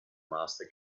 master